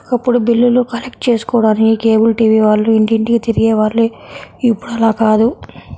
ఒకప్పుడు బిల్లులు కలెక్ట్ చేసుకోడానికి కేబుల్ టీవీ వాళ్ళు ఇంటింటికీ తిరిగే వాళ్ళు ఇప్పుడు అలా కాదు